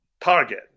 target